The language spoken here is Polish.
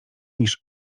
niż